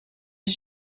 les